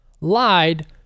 lied